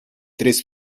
tres